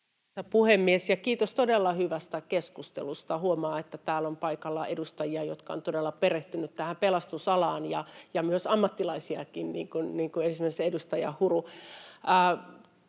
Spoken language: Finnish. puhemies! Kiitos todella hyvästä keskustelusta. Huomaa, että täällä on paikalla edustajia, jotka ovat todella perehtyneet tähän pelastusalaan, ja myös ammattilaisia, niin kuin esimerkiksi edustaja Huru.